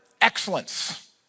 excellence